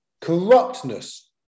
Corruptness